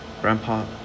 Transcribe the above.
Grandpa